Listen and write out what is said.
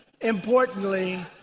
importantly